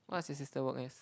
what's your sister work as